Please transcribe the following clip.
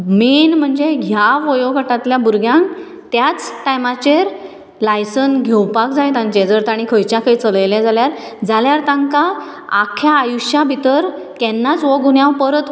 main म्हणजे ह्या वयोगटांतल्या भुरग्यांक त्याच टायमाचेर लायसन्स घेवपाक जाय तांचे जर ताणे खंयच्या खंय चलयले जाल्यार तांकां आख्या आयुश्या भितर केन्नाच हो गुन्यांव परत